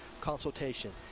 consultation